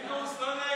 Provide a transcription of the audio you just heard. פינדרוס, לא נעים.